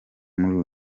muri